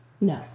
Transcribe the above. No